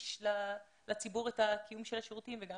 מנגיש לציבור את הקיום של השירותים וגם